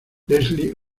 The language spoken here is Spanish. leslie